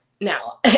Now